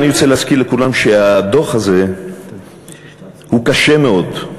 אני רוצה להזכיר לכולם שהדוח הזה הוא קשה מאוד,